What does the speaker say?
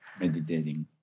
Meditating